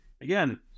Again